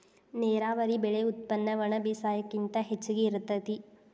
ನೇರಾವರಿ ಬೆಳೆ ಉತ್ಪನ್ನ ಒಣಬೇಸಾಯಕ್ಕಿಂತ ಹೆಚಗಿ ಇರತತಿ